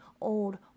old